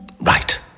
Right